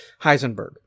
Heisenberg